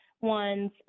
one's